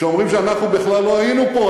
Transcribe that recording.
שאומרים שאנחנו בכלל לא היינו פה,